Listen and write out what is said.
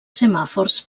semàfors